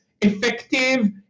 effective